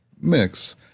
mix